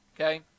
okay